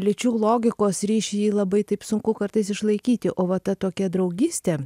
lyčių logikos ryšį jį labai taip sunku kartais išlaikyti o va ta tokia draugystė